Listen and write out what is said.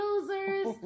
losers